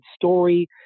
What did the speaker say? story